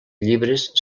llibres